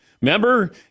remember